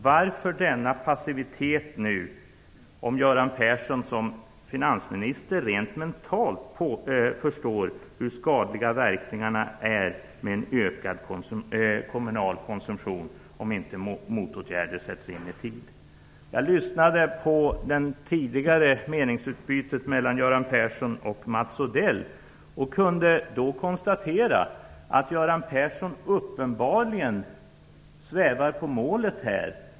Varför denna passivitet nu, om Göran Persson som finansminister rent mentalt förstår hur skadliga verkningarna är med en kommunal konsumtion om inte motåtgärder sätts in i tid? Jag lyssnade till det tidigare meningsutbytet mellan Göran Persson och Mats Odell och kunde då konstatera att Göran Persson uppenbarligen svävar på målet här.